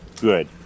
good